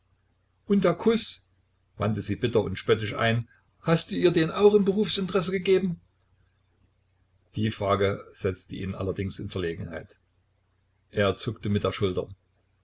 und den kuß wandte sie bitter und spöttisch ein hast du ihr den auch im berufsinteresse gegeben die frage setzte ihn allerdings in verlegenheit er zuckte mit der schulter